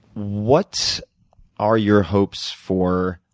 what are your hopes for